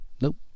Nope